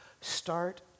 start